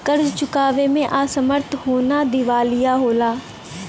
कर्ज़ चुकावे में असमर्थ होना दिवालिया होला